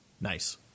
Nice